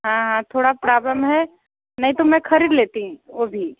हाँ हाँ थोड़ा प्राब्लम है नहीं तो मैं खरीद लेती वो भी